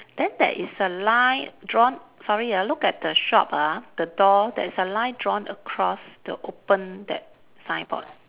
then there is a line drawn sorry ah look at the shop ah the door there's a line drawn across the open that signboard